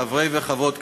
חברות וחברי הכנסת,